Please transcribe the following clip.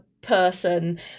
person